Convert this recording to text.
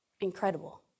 incredible